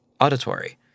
auditory